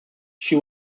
she